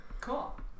Cool